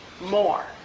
more